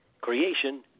creation